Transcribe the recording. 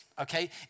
Okay